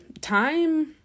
time